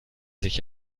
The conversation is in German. sich